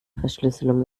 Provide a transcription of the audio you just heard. verschlüsselung